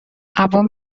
عوام